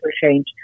change